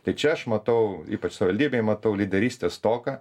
tai čia aš matau ypač savivaldybėj matau lyderystės stoką